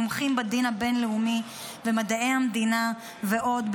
מומחים בדין הבין-לאומי ומדעי המדינה ועוד,